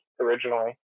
originally